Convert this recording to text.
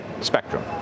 spectrum